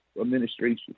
administration